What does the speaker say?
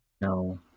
No